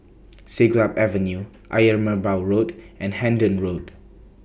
Siglap Avenue Ayer Merbau Road and Hendon Road